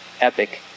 epic